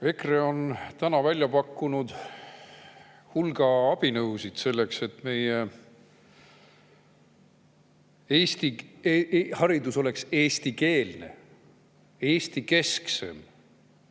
EKRE on täna välja pakkunud hulga abinõusid, selleks et meie haridus oleks eestikeelne, Eesti-kesksem